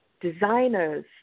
designers